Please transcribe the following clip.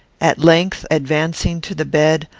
at length, advancing to the bed,